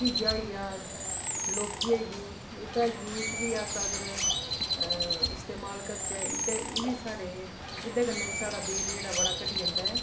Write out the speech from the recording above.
घिया होई गेई लोकी होई गेई एह्दा जूस बी अस अगर इस्तेमाल करचै इ'दे इब्बी साढ़े एह्दे कन्नै बी साढ़ा बेट जेह्ड़ा बड़ा घटी जंदा ऐ